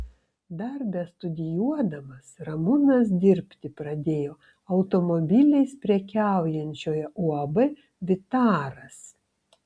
dar bestudijuodamas ramūnas dirbti pradėjo automobiliais prekiaujančioje uab vytaras